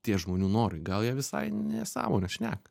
tie žmonių norai gal jie visai nesąmones šneka